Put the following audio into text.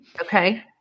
Okay